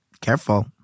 careful